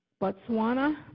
Botswana